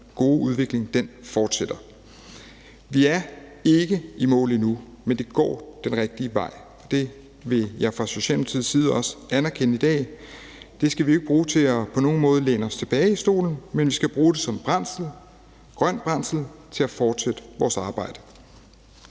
gode udvikling fortsætter. Vi er ikke i mål endnu, men det går den rigtige vej. Det vil jeg fra Socialdemokratiets side også anerkende i dag. Det skal vi ikke bruge til på nogen måde at læne os tilbage i stolen, men vi skal bruge det som brændsel – grøn brændsel – til at fortsætte vores arbejde.